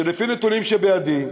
שלפי נתונים שבידי,